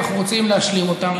ואנחנו רוצים להשלים אותם.